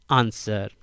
answer